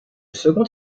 second